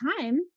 time